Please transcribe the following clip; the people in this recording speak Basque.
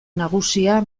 nagusia